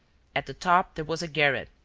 at the top there was a garret,